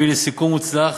הביא לסיכום מוצלח